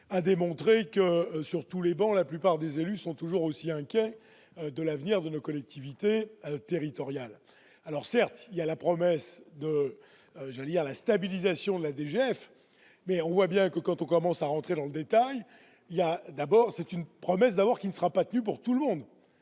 à démontrer que sur tous les bancs, la plupart des élus sont toujours aussi inquiets de l'avenir de nos collectivités territoriales, alors certes, il y a la promesse de jolies à la stabilisation de la DGF mais on voit bien que quand on commence à rentrer dans le détail, il y a d'abord c'est une promesse d'abord qui ne sera pas tenu pour tout le monde,